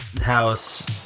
house